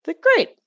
great